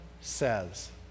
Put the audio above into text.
says